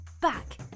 back